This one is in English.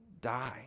die